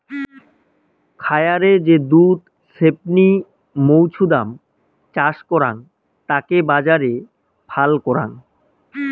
খায়ারে যে দুধ ছেপনি মৌছুদাম চাষ করাং তাকে বাজারে ফাল করাং